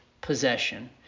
possession